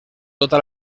tota